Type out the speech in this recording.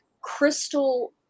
crystal